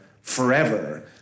forever